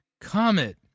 comet